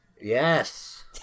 Yes